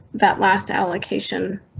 that last allocation.